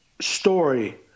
story